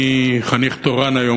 אני חניך תורן היום,